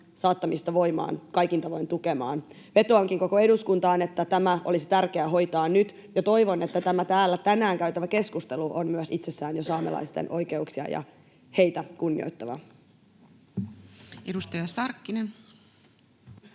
Entä metsäsaamelaiset?] Vetoankin koko eduskuntaan, että tämä olisi tärkeää hoitaa nyt, ja toivon, että tämä täällä tänään käytävä keskustelu on myös itsessään jo saamelaisten oikeuksia ja heitä kunnioittavaa. [Speech